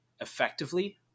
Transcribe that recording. effectively